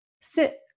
sit